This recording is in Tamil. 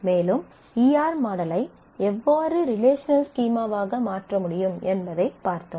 மேலும் ஈ ஆர் மாடலை எவ்வாறு ரிலேஷனல் ஸ்கீமாவாக மாற்ற முடியும் என்பதைப் பார்த்தோம்